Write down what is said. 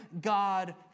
God